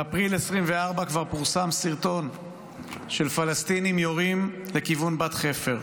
באפריל 2024 כבר פורסם סרטון של פלסטינים יורים לכיוון בת חפר,